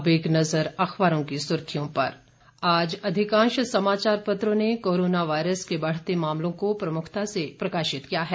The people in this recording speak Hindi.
अब एक नजर अखबारों की सुर्खियों पर आज अधिकांश समचार पत्रों ने कोरोना वायरस के बढ़ते मामलों को प्रमुखता से प्रकाशित किया है